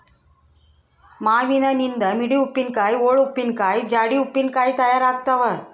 ಮಾವಿನನಿಂದ ಮಿಡಿ ಉಪ್ಪಿನಕಾಯಿ, ಓಳು ಉಪ್ಪಿನಕಾಯಿ, ಜಾಡಿ ಉಪ್ಪಿನಕಾಯಿ ತಯಾರಾಗ್ತಾವ